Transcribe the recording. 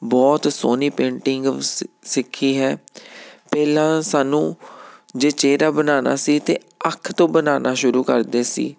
ਬਹੁਤ ਸੋਹਣੀ ਪੇਂਟਿੰਗ ਸਿ ਸਿੱਖੀ ਹੈ ਪਹਿਲਾਂ ਸਾਨੂੰ ਜੇ ਚਿਹਰਾ ਬਣਾਉਣਾ ਸੀ ਤਾਂ ਅੱਖ ਤੋ ਬਣਾਉਣਾ ਸ਼ੁਰੂ ਕਰਦੇ ਸੀ